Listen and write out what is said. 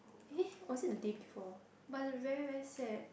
eh was it the day before but the very very sad